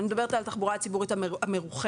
אני מדברת על התחבורה הציבורית המרוחקת.